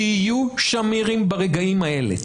תהיו "שמירים" ברגעים האלה,